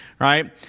right